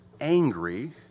angry